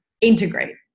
integrate